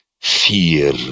fear